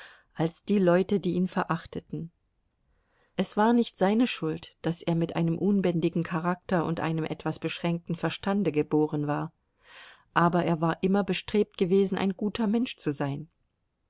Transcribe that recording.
als die leute die ihn verachteten es war nicht seine schuld daß er mit einem unbändigen charakter und einem etwas beschränkten verstande geboren war aber er war immer bestrebt gewesen ein guter mensch zu sein